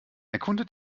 erkunde